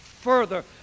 further